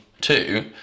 Two